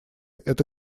это